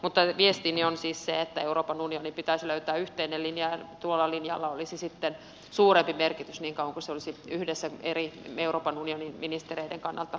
mutta viestini on siis se että euroopan unionin pitäisi löytää yhteinen linja ja tuolla linjalla olisi sitten suurempi merkitys silloin kun se olisi yhdessä euroopan unionin eri ministereiden kannalta esiin tuotu